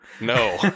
No